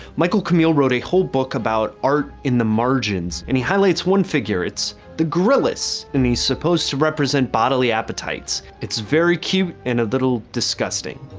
michael camille wrote a whole book about art in the margins and he highlights one figure it's the gryllus, and he's supposed to represent bodily appetites. it's very cute and a little disgusting.